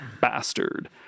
Bastard